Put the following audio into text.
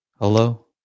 Hello